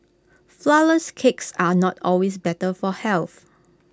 Flourless Cakes are not always better for health